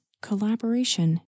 collaboration